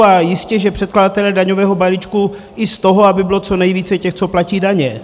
A jistě předkladatelé daňového balíčku i z toho, aby bylo co nejvíce těch, co platí daně.